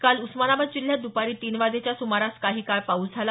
काल उस्मानाबाद जिल्ह्यात दुपारी तीन वाजेच्या सुमारास काही काळ पाऊस झाला